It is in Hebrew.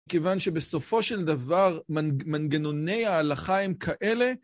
כיוון שבסופו של דבר, מנגנוני ההלכה הם כאלה.